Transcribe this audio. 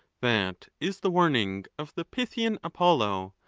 that is the warning of the pythian apollo.